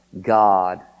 God